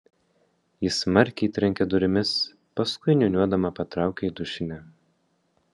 ji smarkiai trenkia durimis paskui niūniuodama patraukia į dušinę